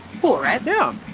cool, right? yeah.